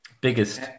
Biggest